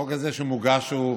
החוק הזה שמוגש הוא חוק,